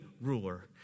ruler